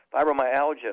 fibromyalgia